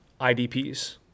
IDPs